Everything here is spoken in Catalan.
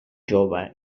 jove